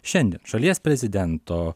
šiandien šalies prezidento